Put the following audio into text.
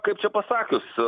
kaip čia pasakius